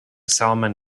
salman